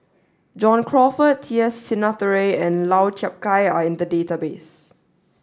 john Crawfurd T S Sinnathuray and Lau Chiap Khai are in the database